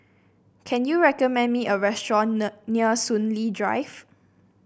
can you recommend me a restaurant near Soon Lee Drive